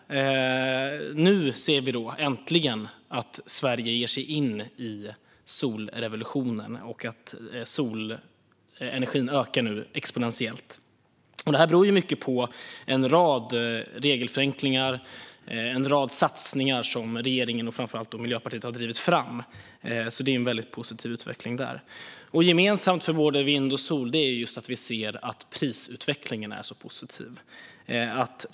Nu ser vi äntligen att Sverige ger sig in i solrevolutionen. Solenergin ökar nu exponentiellt. Det beror mycket på en rad regelförenklingar och satsningar som regeringen och framför allt Miljöpartiet har drivit fram. Det är en väldigt positiv utveckling där. Gemensamt för både vind och sol är att vi ser att prisutvecklingen är så positiv.